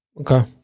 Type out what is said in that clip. Okay